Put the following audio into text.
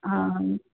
ହଁ